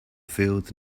fields